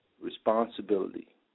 responsibility